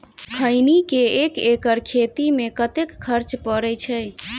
खैनी केँ एक एकड़ खेती मे कतेक खर्च परै छैय?